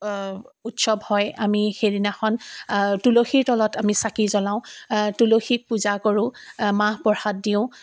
উৎসৱ হয় আমি সেইদিনাখন তুলসীৰ তলত আমি চাকি জ্বলাওঁ তুলসীক পূজা কৰোঁ মাহ প্ৰসাদ দিওঁ